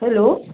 hello